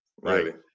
Right